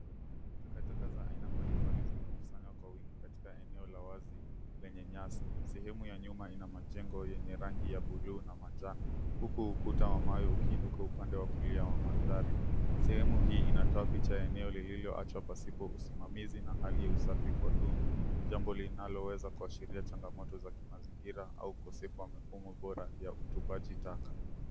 Takataka za aina mbalimbali zimekusanywa kwa wingi katika eneo la wazi lenye nyasi. Sehemu ya nyuma ina majengo yenye rangi ya buluu na manjano huku ukuta wa mawe ukiinuka upande wa kulia wa mandhari. Sehemu hii inatoa picha ya eneo lililoachwa pasipo usimamizi na hali ya usafi kwa duni. Jambo linaloweza kuashiria changamoto za kimazingira au ukosefu wa mifumo bora ya utupaji taka.